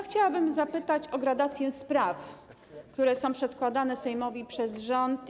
Chciałabym zapytać o gradację spraw, które są przedkładane Sejmowi przez rząd.